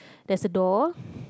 there's a door